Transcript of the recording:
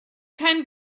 keinen